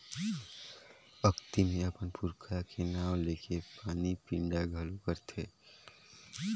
अक्ती मे अपन पूरखा के नांव लेके पानी पिंडा घलो करथे